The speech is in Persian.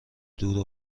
دور